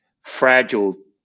fragile